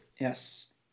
Yes